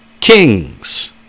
kings